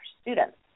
students